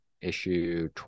issue